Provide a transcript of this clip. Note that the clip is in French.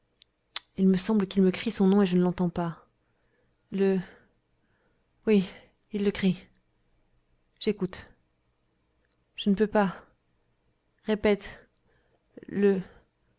il me semble qu'il me crie son nom et je ne l'entends pas le oui il le crie j'écoute je ne peux pas répète le